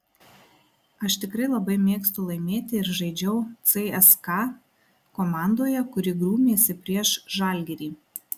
aš tikrai labai mėgstu laimėti ir žaidžiau cska komandoje kuri grūmėsi prieš žalgirį